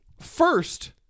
First